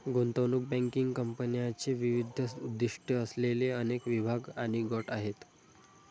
गुंतवणूक बँकिंग कंपन्यांचे विविध उद्दीष्टे असलेले अनेक विभाग आणि गट आहेत